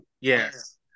Yes